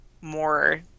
more